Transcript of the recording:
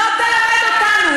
לא תלמד אותנו.